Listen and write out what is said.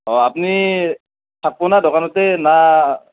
অঁ আপুনি থাকিব নে দকানতে ন